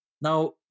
Now